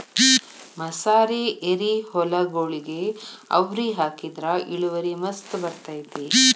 ಮಸಾರಿ ಎರಿಹೊಲಗೊಳಿಗೆ ಅವ್ರಿ ಹಾಕಿದ್ರ ಇಳುವರಿ ಮಸ್ತ್ ಬರ್ತೈತಿ